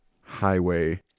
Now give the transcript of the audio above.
highway